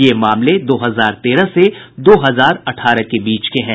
ये मामले दो हजार तेरह से दो हजार अठारह के बीच के हैं